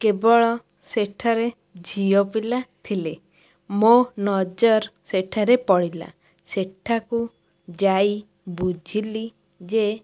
କେବଳ ସେଠାରେ ଝିଅପିଲା ଥିଲେ ମୋ ନଜର ସେଠାରେ ପଡ଼ିଲା ସେଠାକୁ ଯାଇ ବୁଝିଲି ଯେ